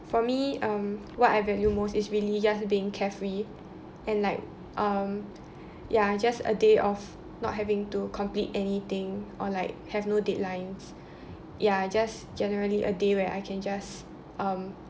for me um what I value most is really just being carefree and like um ya just a day of not having to complete anything or like have no deadlines ya just generally a day where I can just um